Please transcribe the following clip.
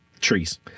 trees